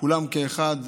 כולם כאחד.